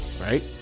right